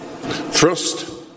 first